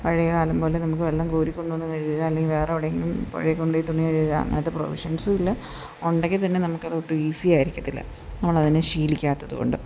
പഴയകാലം പോലെ നമുക്ക് വെള്ളം കോരി കൊണ്ടു വന്നു കഴുകുക അല്ലെങ്കിൽ വേറെ എവിടെ എങ്കിലും പുഴയിൽ കൊണ്ടു പോയി തുണി കഴുകുക അത് പ്രൊവിഷൻസും ഇല്ല ഉണ്ടെങ്കിൽ തന്നെ നമുക്ക് അത് ഒട്ടും ഈസി ആയിരിക്കത്തില്ല നമ്മൾ അതിനെ ശീലിക്കാത്തത് കൊണ്ട്